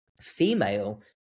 female